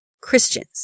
Christians